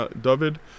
David